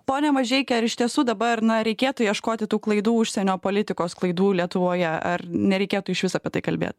pone mažeiki ar iš tiesų dabar na reikėtų ieškoti tų klaidų užsienio politikos klaidų lietuvoje ar nereikėtų išvis apie tai kalbėt